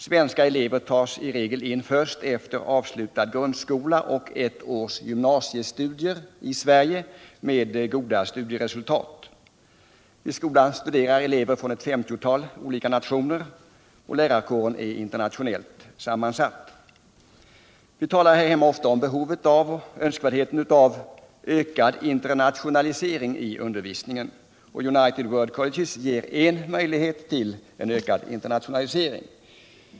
Svenska elever tas i regel in först efter avslutad grundskola och ett års gymnasiestudier i Sverige med goda studieresultat. Vid skolan studerar elever från ett 50-tal olika nationer och lärarkåren är internationellt sammansatt. Vi talar här hemma ofta om behovet och önskvärdheten av ökad internationalisering i undervisningen, och United World Colleges ger en möjlighet till ökad internationalisering.